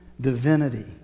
divinity